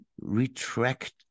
retract